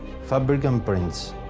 fabric imprints.